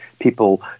people